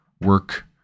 work